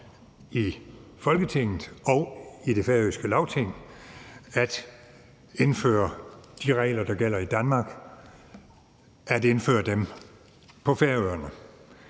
i Folketinget og i det færøske Lagting at indføre de regler, der gælder i Danmark, på Færøerne.